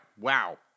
Wow